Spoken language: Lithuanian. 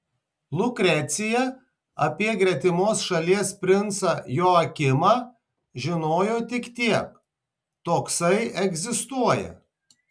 lukrecija apie gretimos šalies princą joakimą žinojo tik tiek toksai egzistuoja